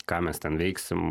ką mes ten veiksim